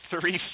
three